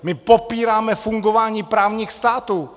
My popíráme fungování právních států!